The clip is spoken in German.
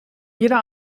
jeder